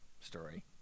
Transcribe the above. story